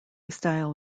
style